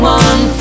one